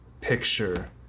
picture